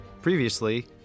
Previously